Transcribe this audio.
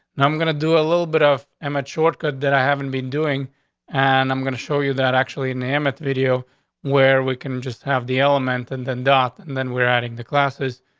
i'm i'm gonna do a little bit off amateur good that i haven't been doing on. and i'm going to show you that actually unamet video where weaken just have the element and then dot and then we're adding the classes.